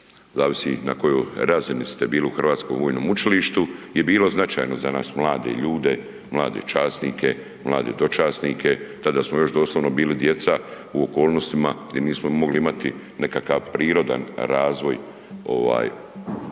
zavisi na kojoj razini ste bili u Hrvatskom vojnom učilištu je bilo značajno za nas mlade ljude, mlade časnike, mlade dočasnike. Tada smo još doslovno bili djeca u okolnostima gdje nismo mogli imati nekakav prirodan razvoj ovaj